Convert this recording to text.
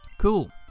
Cool